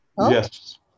Yes